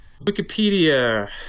Wikipedia